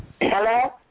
Hello